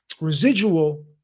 residual